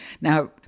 Now